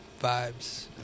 Vibes